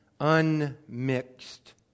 unmixed